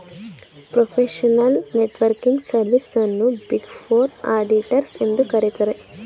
professional networking service ಅನ್ನು big four auditors ಎಂದು ಕರಿತರೆ